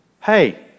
Hey